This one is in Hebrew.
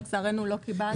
לצערנו לא קיבלנו.